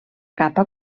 capa